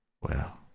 Well